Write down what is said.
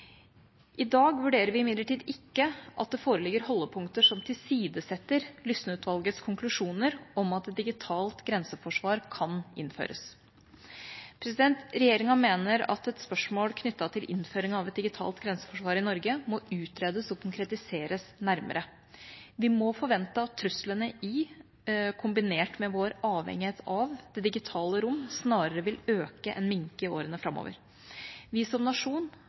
I dag vurderer vi det imidlertid slik at det ikke foreligger holdepunkter som tilsidesetter Lysne-utvalgets konklusjoner om at et digitalt grenseforsvar kan innføres. Regjeringa mener at et spørsmål knyttet til innføringen av et digitalt grenseforsvar i Norge må utredes og konkretiseres nærmere. Vi må forvente at truslene i – kombinert med vår avhengighet av – det digitale rom snarere vil øke enn minke i årene framover. Vi som nasjon